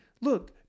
look